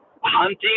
hunting